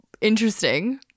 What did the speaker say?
interesting